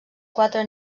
quatre